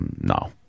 no